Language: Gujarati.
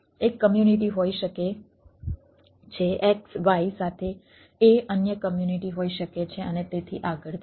એક કમ્યુનિટી હોઈ શકે છે X Y સાથે A અન્ય કમ્યુનિટી હોઈ શકે છે અને તેથી આગળ